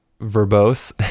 Verbose